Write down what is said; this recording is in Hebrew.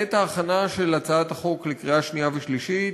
בעת ההכנה של הצעת החוק לקריאה שנייה ושלישית,